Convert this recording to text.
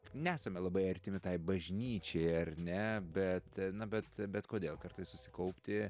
nesame labai artimi tai bažnyčiai ar ne bet na bet bet kodėl kartais susikaupti